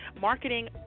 marketing